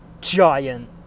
giant